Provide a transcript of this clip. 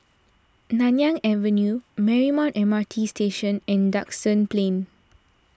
Nanyang Avenue Marymount M R T Station and Duxton Plain